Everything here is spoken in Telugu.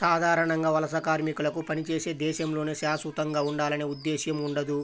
సాధారణంగా వలస కార్మికులకు పనిచేసే దేశంలోనే శాశ్వతంగా ఉండాలనే ఉద్దేశ్యం ఉండదు